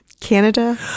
Canada